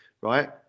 right